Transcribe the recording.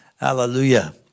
Hallelujah